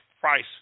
price